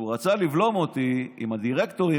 כשהוא רצה לבלום אותי עם הדירקטורים,